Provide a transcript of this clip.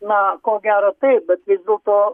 na ko gero taip bet vis dėlto